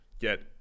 get